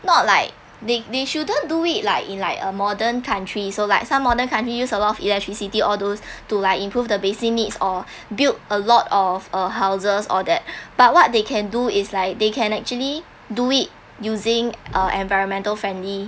not like they they shouldn't do it like in like a modern country so like some modern country use a lot of electricity all those to like improve the basic needs or build a lot of uh houses all that but what they can do is like they can actually do it using uh environmental friendly